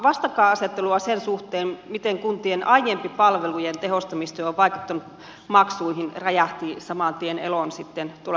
vastakkainasettelua sen suhteen miten kuntien aiempi palvelujen tehostamistyö on vaikuttanut maksuihin räjähti saman tien eloon julkisuudessa